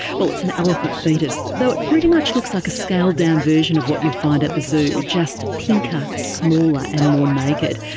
well, it's an elephant foetus, though it pretty much looks like a scaled-down version of what you'd find at the zoo, just pinker, smaller and more naked,